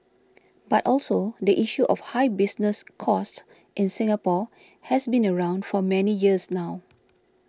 but also the issue of high business costs in Singapore has been around for many years now